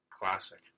Classic